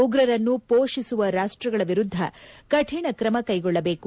ಉಗ್ರರನ್ನು ಮೋಷಿಸುವ ರಾಷ್ಟಗಳ ವಿರುದ್ಧ ಕಠಿಣ ಕ್ರಮ ಕೈಗೊಳ್ಳಬೇಕು